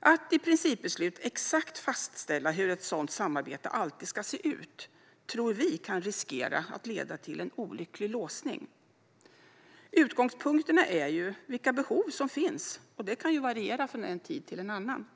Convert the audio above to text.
Att i principbeslut exakt fastställa hur ett sådant samarbete alltid ska se ut tror vi kan riskera att leda till en olycklig låsning. Utgångspunkterna är ju vilka behov som finns, och det kan variera från en tid till en annan.